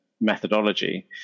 methodology